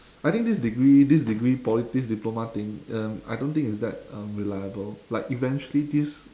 I think this degree this degree poly this diploma thing um I don't think is that um reliable like eventually this